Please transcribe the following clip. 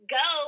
go